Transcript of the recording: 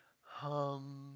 Hum